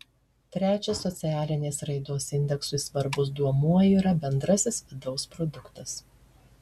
trečias socialinės raidos indeksui svarbus duomuo yra bendrasis vidaus produktas